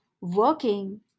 working